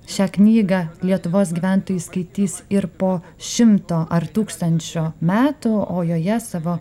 šią knygą lietuvos gyventojai skaitys ir po šimto ar tūkstančio metų o joje savo